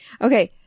Okay